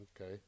Okay